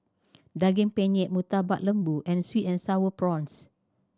Daging Penyet Murtabak Lembu and sweet and Sour Prawns